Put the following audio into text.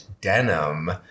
denim